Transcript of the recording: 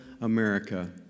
America